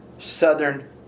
Southern